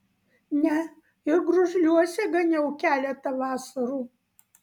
ne ir gružliuose ganiau keletą vasarų